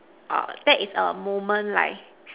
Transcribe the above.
err that is a moment like